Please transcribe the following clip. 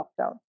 lockdown